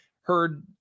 heard